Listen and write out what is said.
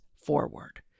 forward